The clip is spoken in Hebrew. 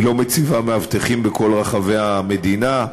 היא לא מציבה מאבטחים בכל רחבי המדינה.